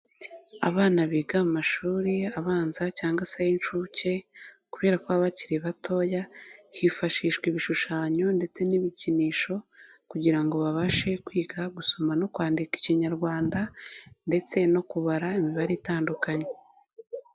Abana biga mu mashuri abanza cyangwa se y'incuke kubera ko baba bakiri batoya hifashishwa ibishushanyo ndetse n'ibikinisho kugira ngo babashe kwiga gusoma no kwandika ikinyarwanda ndetse no kubara imibare itandukanye.